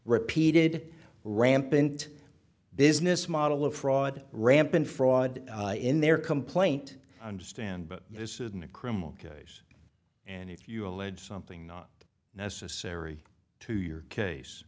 repeated rampant business model of fraud rampant fraud in their complaint i understand but this isn't a criminal case and if you allege something not necessary to your case